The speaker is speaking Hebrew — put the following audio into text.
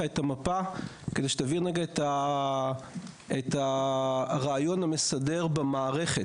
את המפה כדי שתבין את הרעיון המסדר במערכת.